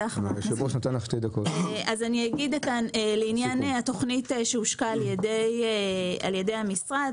מקלב) לעניין התוכנית שהושקה על ידי המשרד,